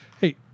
Hey